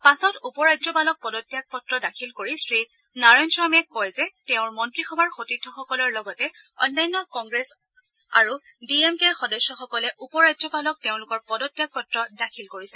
পাছত উপ ৰাজ্যপালক পদত্যাগ পত্ৰ দাখিল কৰি শ্ৰী নাৰায়ণস্বামীয়ে কয় যে তেওঁৰ মন্ত্ৰীসভাৰ সতীৰ্থসকলৰ লগতে অন্যান্য কংগ্ৰেছ আৰু ডি এম কেৰ সদস্যসকলে উপ ৰাজ্যপালক তেওঁলোকৰ পদত্যাগ পত্ৰ দাখিল কৰিছে